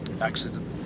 Accident